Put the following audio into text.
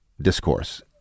discourse